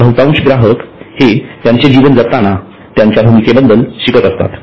बहुतांश ग्राहक हे त्यांचे जीवन जगताना त्यांच्या भूमिकेबद्दल शिकत असतात